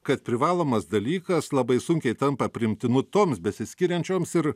kad privalomas dalykas labai sunkiai tampa priimtinu toms besiskiriančioms ir